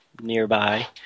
nearby